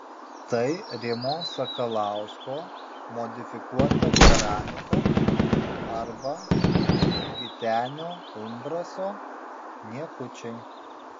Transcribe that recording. tai rimo sakalausko modifikuota keramika arba gitenio umbraso niekučiai